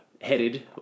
headed